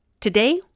Today